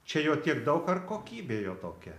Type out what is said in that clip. čia jo tiek daug ar kokybė jo tokia